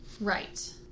Right